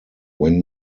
when